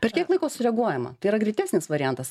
per kiek laiko sureaguojama tai yra greitesnis variantas